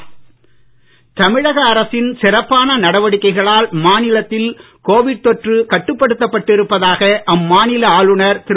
தமிழக ஆளுநர் உரை தமிழக அரசின் சிறப்பான நடவடிக்கைகளால் மாநிலத்தில் க்ோவிட் தொற்று கட்டுப்படுத்தப்பட்டிருப்பதாக அம்மாநில ஆளுநர் திரு